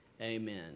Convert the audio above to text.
Amen